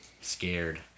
Scared